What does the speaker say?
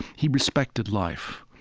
he respected life.